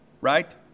right